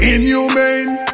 Inhumane